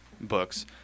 books